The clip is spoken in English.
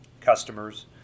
customers